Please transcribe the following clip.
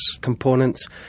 components